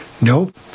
Nope